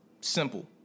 Simple